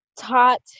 taught